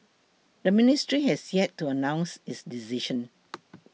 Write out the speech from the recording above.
the ministry has yet to announce its decision